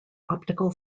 optical